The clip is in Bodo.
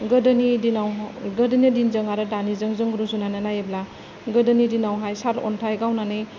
गोदोनि दिनाव गोदोनि दिनजों आरो दानिजों जों रुजुनानै नायोब्ला गोदोनि दिनावहाय सारन्थाय गावनानै